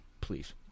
please